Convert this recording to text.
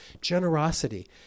Generosity